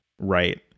Right